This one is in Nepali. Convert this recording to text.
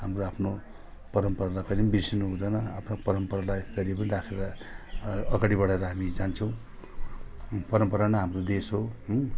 हाम्रो आफ्नो परम्परालाई कहिले पनि बिर्सनु हुँदैन आफ्नो परम्परालाई कहिले पनि राखेर अगाडि बढाएर हामी जान्छौँ परम्परा नै हाम्रो देश हो होइन